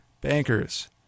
bankers